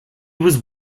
was